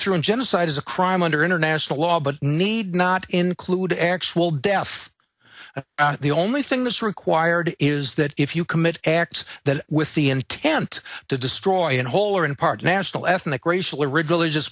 through and genocide is a crime under international law but need not include actual death the only thing that's required is that if you commit acts that with the intent to destroy in whole or in part national ethnic racial or religious